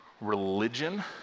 Religion